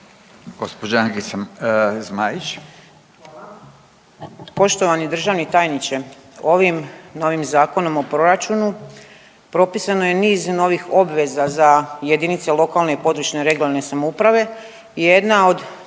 Ankica (HDZ)** Poštovani državni tajniče, ovim novim Zakonom o proračunu propisano je niz novih obveza za jedinice lokalne i područne (regionalne) samouprave. Jedna od